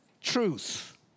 Truth